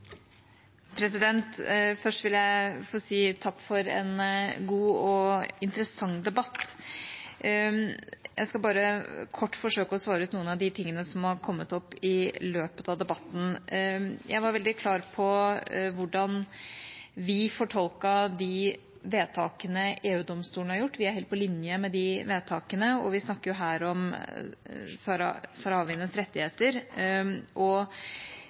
leirene. Først vil jeg få si takk for en god og interessant debatt. Jeg skal bare kort forsøke å svare på de tingene som har kommet opp i løpet av debatten. Jeg var veldig klar på hvordan vi fortolket de vedtakene EU-domstolen har fattet. Vi er helt på linje med de vedtakene, og vi snakker her om saharawienes rettigheter.